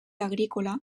agrícola